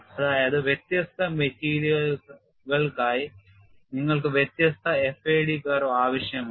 അതായത് വ്യത്യസ്ത മെറ്റീരിയലുകൾക്കായി നിങ്ങൾക്ക് വ്യത്യസ്ത FAD കർവ് ആവശ്യമാണ്